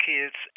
Kids